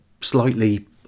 slightly